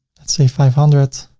let's say five hundred.